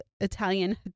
italian